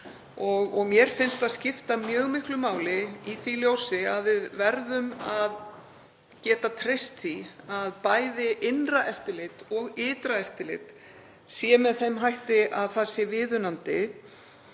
Mér finnst það skipta mjög miklu máli í því ljósi að við verðum að geta treyst því að bæði innra eftirlit og ytra eftirlit sé með þeim hætti að það sé viðunandi.